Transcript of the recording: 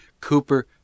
Cooper